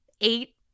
eight